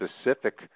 specific